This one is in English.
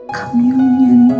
communion